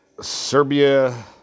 Serbia